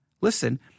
Listen